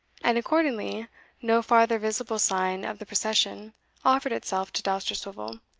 and accordingly no farther visible sign of the procession offered itself to dousterswivel,